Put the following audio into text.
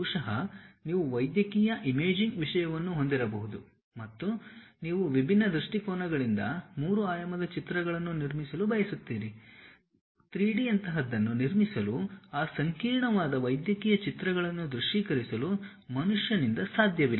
ಬಹುಶಃ ನೀವು ವೈದ್ಯಕೀಯ ಇಮೇಜಿಂಗ್ ವಿಷಯವನ್ನು ಹೊಂದಿರಬಹುದು ಮತ್ತು ನೀವು ವಿಭಿನ್ನ ದೃಷ್ಟಿಕೋನಗಳಿಂದ 3 ಆಯಾಮದ ಚಿತ್ರಗಳನ್ನು ನಿರ್ಮಿಸಲು ಬಯಸುತ್ತೀರಿ 3D ಯಂತಹದನ್ನು ನಿರ್ಮಿಸಲು ಆ ಸಂಕೀರ್ಣವಾದ ವೈದ್ಯಕೀಯ ಚಿತ್ರಗಳನ್ನು ದೃಶ್ಯೀಕರಿಸಲು ಮನುಷ್ಯನಿಂದ ಸಾಧ್ಯವಿಲ್ಲ